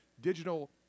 digital